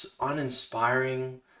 uninspiring